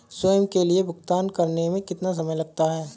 स्वयं के लिए भुगतान करने में कितना समय लगता है?